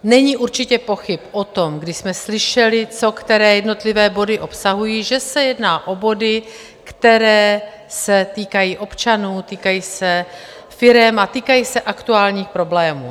Není určitě pochyb o tom, kdy jsme slyšeli, co které jednotlivé body obsahují, že se jedná o body, které se týkají občanů, týkají se firem a týkají se aktuálních problémů.